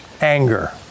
anger